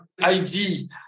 ID